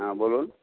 হ্যাঁ বলুন